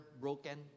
broken